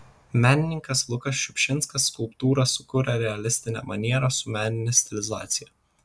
menininkas lukas šiupšinskas skulptūrą sukūrė realistine maniera su menine stilizacija